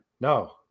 No